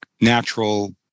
natural